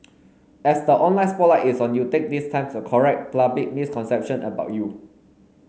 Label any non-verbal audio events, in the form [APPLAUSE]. as the online spotlight is on you take this time to correct [UNINTELLIGIBLE] misconception about you